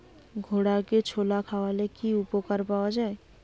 ঘোড়াকে ছোলা খাওয়ালে কি উপকার পাওয়া যায়?